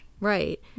Right